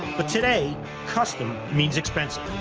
but today custom means expensive.